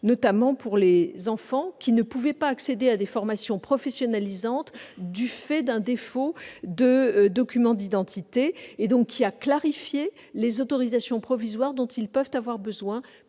notamment pour les enfants qui ne pouvaient accéder à des formations professionnalisantes du fait d'un défaut de documents d'identité. Elle a clarifié les autorisations provisoires dont ceux-ci peuvent avoir besoin